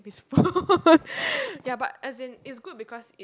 phone ya but as in it's good because it